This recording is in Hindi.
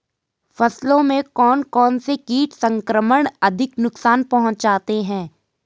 फसलों में कौन कौन से कीट संक्रमण अधिक नुकसान पहुंचाते हैं?